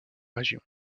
région